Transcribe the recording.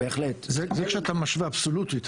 זה כשאתה משווה אבסולוטית,